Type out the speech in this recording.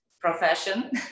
profession